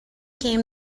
came